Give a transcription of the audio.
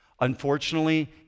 Unfortunately